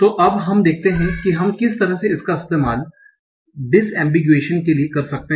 तो अब हम देखते हैं कि हम किस तरह से इसका इस्तेमाल डिसएम्बिगुएशन के लिए कर सकते हैं